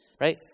Right